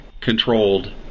controlled